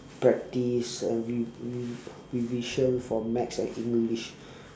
practice and re~ re~ revision for maths and english